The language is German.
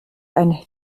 ein